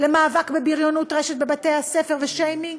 למאבק בבריונות רשת בבתי-הספר ובשיימינג,